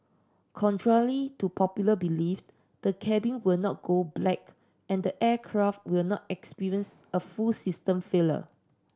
to popular belief the cabin will not go black and the aircraft will not experience a full system failure